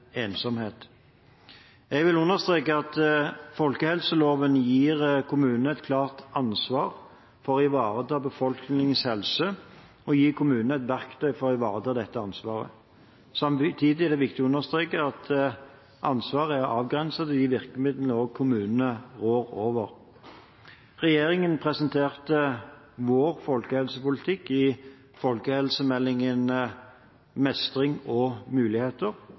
Jeg vil understreke at folkehelseloven gir kommunene et klart ansvar for å ivareta befolkningens helse og gi kommunene et verktøy for å ivareta dette ansvaret. Samtidig er det viktig å understreke at ansvaret er avgrenset til de virkemidlene kommunene rår over. Regjeringen presenterte sin folkehelsepolitikk i Folkehelsemeldingen: Mestring og muligheter.